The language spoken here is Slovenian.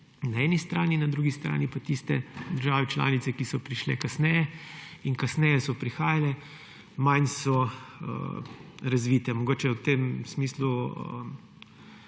na eni strani, na drugi strani pa tiste države članice, ki so prišle kasneje. In kasneje kot so prihajale, manj so razvite, mogoče je v tem smislu